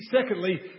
secondly